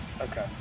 Okay